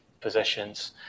positions